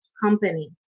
company